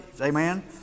Amen